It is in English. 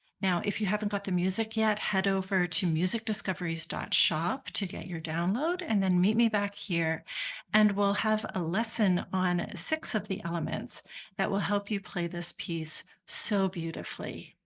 now, if you haven't got the music yet head over to musicdiscoveries shop to get your download and then meet me back here and we'll have a lesson on six of the elements that will help you play this piece so beautifully.